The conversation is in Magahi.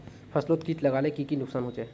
फसलोत किट लगाले की की नुकसान होचए?